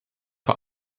vor